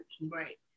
right